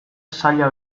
zaila